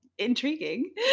Intriguing